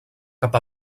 cap